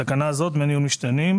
בקנה זו, "דמי ניהול משתנים"